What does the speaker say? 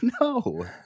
No